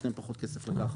יש להם פחות כסף לקחת.